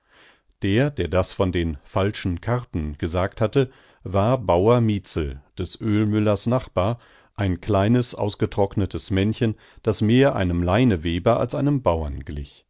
der der das von den falschen karten gesagt hatte war bauer mietzel des ölmüllers nachbar ein kleines aufgetrocknetes männchen das mehr einem leineweber als einem bauern glich